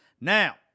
Now